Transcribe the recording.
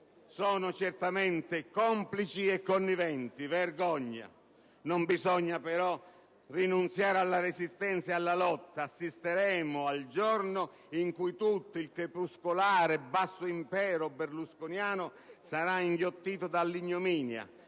sono certamente complici e conniventi. Vergogna! Non bisogna però rinunziare alla resistenza e alla lotta. Assisteremo al giorno in cui tutto il crepuscolare basso impero berlusconiano sarà inghiottito dall'ignominia